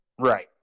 Right